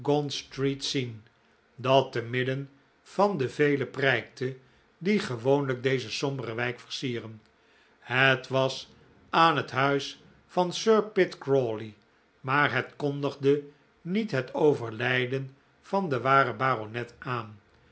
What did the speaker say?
dat te midden van de vele prijkte die gewoonlijk deze sombere wijk versieren het was aan het huis van sir pitt crawley maar het kondigde niet het overlijden van den waarden baronet aan